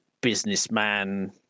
businessman